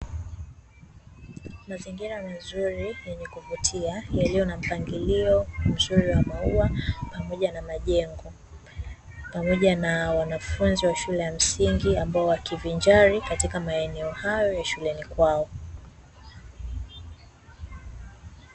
Mazingira mazuri yenye kuvutia yalio na mpangilio mzuri wa maua pamoja na majengo, pamoja na wanafunzi wa shule ya msingi ambao wakivinjari katika maeneo hayo ya shuleni kwao.